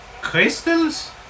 crystals